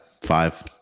five